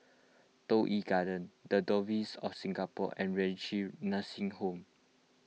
Toh Yi Garden the Diocese of Singapore and Renci Nursing Home